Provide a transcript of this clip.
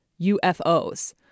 UFOs